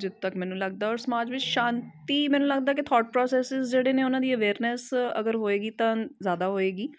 ਜਿੱਥੋਂ ਤੱਕ ਮੈਨੂੰ ਲੱਗਦਾ ਔਰ ਸਮਾਜ ਵਿੱਚ ਸ਼ਾਂਤੀ ਮੈਨੂੰ ਲੱਗਦਾ ਕੇ ਥੋਟ ਪ੍ਰੋਸੈਸਿਸ ਜਿਹੜੇ ਨੇ ਉਹਨਾਂ ਦੀ ਅਵੇਅਰਨੈਸ ਅਗਰ ਹੋਵੇਗੀ ਤਾਂ ਜ਼ਿਆਦਾ ਹੋਵੇਗੀ